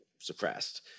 Suppressed